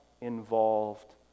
involved